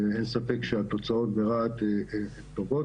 ואין ספק שהתוצאות ברהט טובות,